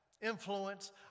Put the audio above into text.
influence